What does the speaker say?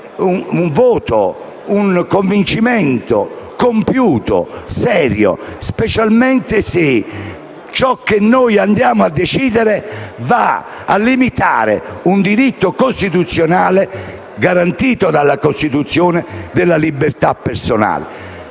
un voto e un convincimento compiuto e serio, specialmente se ciò che noi andiamo a decidere va a limitare il diritto costituzionale, garantito dalla Costituzione, della libertà personale.